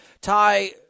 Ty